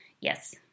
Yes